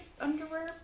underwear